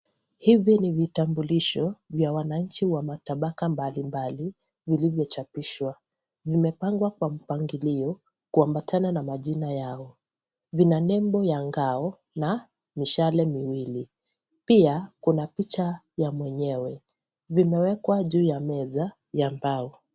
Hivi ni vitambulisho vya wananchi wa matabaka mbalimbali vilivyochapishwa. Vimepangwa kwa mpangilio, kuambatana na majina yao. Vina nembo ya ngao na mishale miwili. Pia, kuna picha ya mwenyewe, vimewekwa juu ya meza ya mbao.